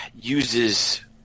uses